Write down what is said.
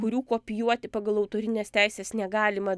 kurių kopijuoti pagal autorines teises negalima